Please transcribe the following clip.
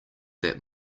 that